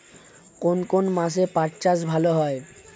কোন কোন মাসে পাট চাষ ভালো হয়?